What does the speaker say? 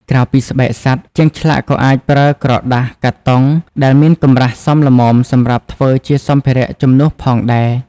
ក្រៅពីស្បែកសត្វ ជាងឆ្លាក់ក៏អាចប្រើក្រដាសកាតុងដែលមានកម្រាស់សមល្មមសម្រាប់ធ្វើជាសម្ភារៈជំនួសផងដែរ។